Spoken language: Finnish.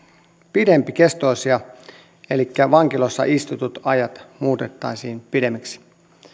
pidempikestoisia elikkä vankiloissa istutut ajat muutettaisiin pidemmiksi